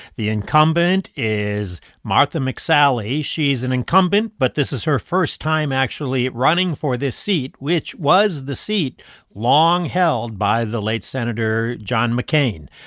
the incumbent is martha mcsally. she's an incumbent, but this is her first time actually running for this seat, which was the seat long held by the late sen. john mccain.